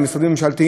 ולצאת נקי,